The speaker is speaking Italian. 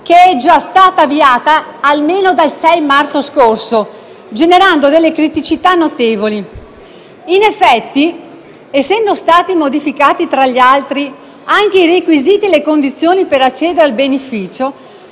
che è già stata avviata almeno dal 6 marzo scorso, generando delle criticità notevoli. In effetti, essendo stati modificati tra gli altri anche i requisiti e le condizioni per accedere al beneficio,